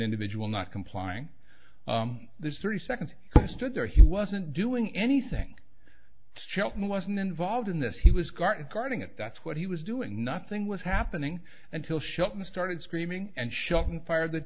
individual not complying there's thirty seconds stood there he wasn't doing anything chapman wasn't involved in this he was guards guarding it that's what he was doing nothing was happening until shelton started screaming and shouting fire that